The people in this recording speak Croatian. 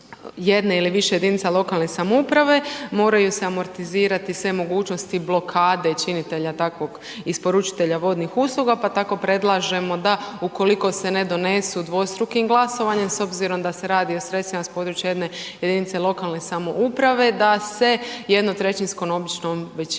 jedne ili više jedinica lokalne samouprave, moraju se amortizirati sve mogućnosti blokade i činitelja takvog isporučitelja vodnih usluga, pa tako predlažemo da, ukoliko se ne donesu dvostrukim glasovanjem, s obzirom da se radi o sredstvima s područja jedne jedinice lokalne samouprave, da se jednotrećinskom običnom